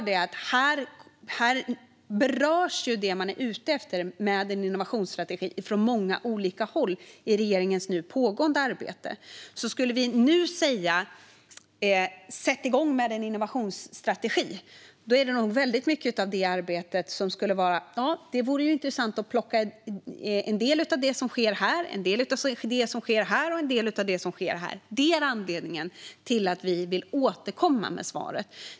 Det som man är ute efter när det gäller en innovationsstrategi berörs på många olika håll i regeringens nu pågående arbete. Man skulle kunna säga: Sätt igång med en innovationsstrategi! Då är det nog väldigt mycket av detta arbete som skulle vara intressant. Det vore intressant att plocka en del av det som sker här och en del av det som sker där. Det är anledningen till att vi vill återkomma med svaret.